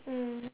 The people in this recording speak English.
mm